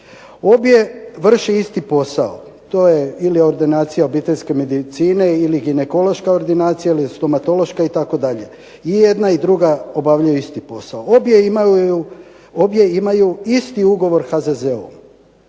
Obje vrše isti posao, to je ili ordinacija obiteljske medicine ili ginekološka ordinacija ili stomatološka itd. i jedna i druga obavljaju isti posao. Obje imaju isti ugovor HZZO-im.